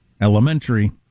elementary